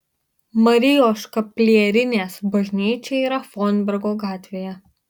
marijos škaplierinės bažnyčia yra fonbergo gatvėje